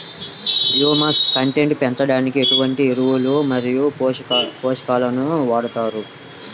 Humus content పెంచడానికి ఎటువంటి ఎరువులు మరియు పోషకాలను వాడతారు?